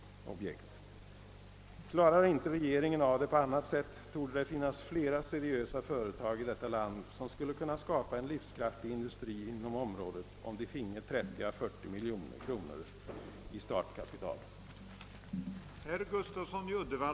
Klarar inte regeringen av det torde det finnas flera seriösa företag i detta land, som skulle kunna skapa en livskraftig industri inom området, om de finge 35 å 45 miljoner kronor i startkapital.